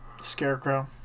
Scarecrow